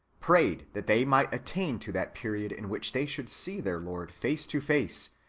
prayed that they might attain to that period in which they should see their lord face to face,